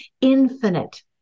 infinite